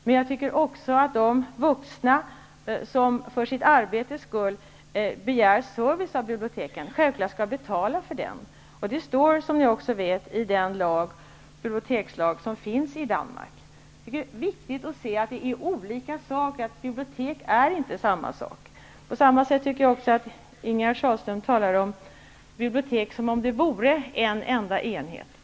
Men samtidigt tycker jag att vuxna, som för sitt arbetes skull begär service av biblioteket, givetvis skall betala för denna service -- så står det också i den danska bibliotekslagen. Jag tycker att det är viktigt att konstatera att det är fråga om olika saker här. I fråga om biblioteken handlar det alltså inte om bara en enda sak. Men när Ingegerd Sahlström talar om biblioteken låter det som det vore fråga om en enda enhet.